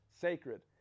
sacred